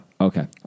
Okay